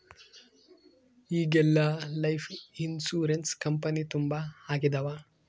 ಈಗೆಲ್ಲಾ life insurance company ತುಂಬಾ ಆಗಿದವ